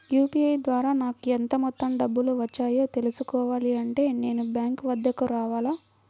UPI ద్వారా నాకు ఎంత మొత్తం డబ్బులు వచ్చాయో తెలుసుకోవాలి అంటే నేను బ్యాంక్ వద్దకు రావాలా?